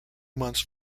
months